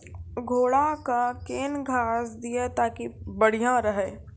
घोड़ा का केन घास दिए ताकि बढ़िया रहा?